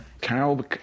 Carol